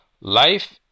Life